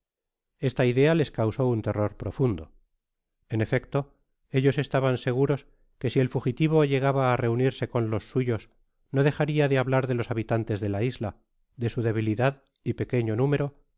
esta idea les causó ün'terror profundo en efecto ellos estaban seguros que si el fugitivo llegaba á reunirse con los suyos nodejária de hablar de los habitantes dela isla de su debilidad y pequefto nú